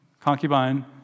concubine